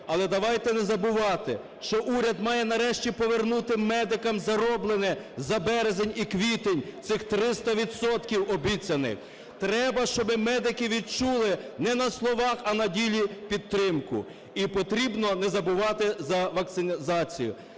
але давайте не забувати, що уряд має нарешті повернути медикам зароблене за березень і квітень, цих 300 відсотків обіцяних. Треба, щоб медики відчули не на словах, а на ділі підтримку. І потрібно не забувати за вакцинацію,